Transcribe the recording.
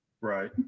Right